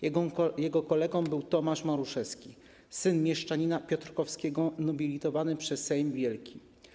Jego kolegą był Tomasz Maruszewski, syn mieszczanina piotrkowskiego nobilitowany przez Sejm Wielki.